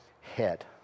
head